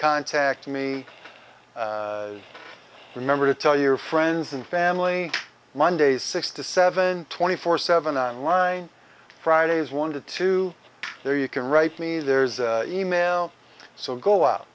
contact me remember to tell your friends and family monday's six to seven twenty four seven on line fridays one to two there you can write me there's email so go out